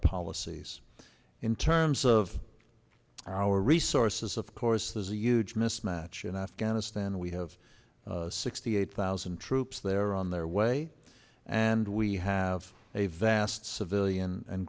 policies in terms of our resources of course there's a huge mismatch in afghan as then we have sixty eight thousand troops there on their way and we have a vast civilian and